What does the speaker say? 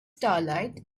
starlight